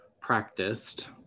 practiced